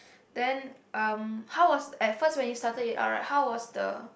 then um how was at first when you started it out right how was the